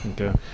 Okay